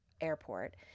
airport